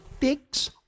fix